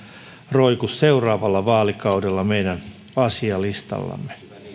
roiku seuraavalla vaalikaudella meidän asialistallamme